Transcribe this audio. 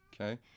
Okay